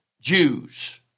Jews